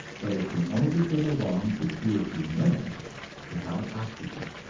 but it can only get along for two or three minutes without oxygen.